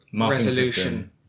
resolution